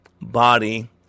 body